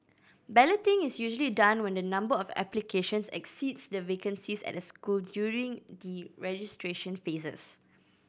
balloting is usually done when the number of applications exceeds the vacancies at a school during the registration phases